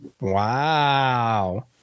Wow